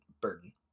Burden